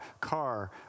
car